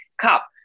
cup